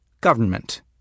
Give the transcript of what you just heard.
GOVERNMENT